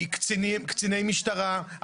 קציני משטרה,